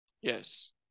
Yes